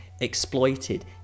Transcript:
exploited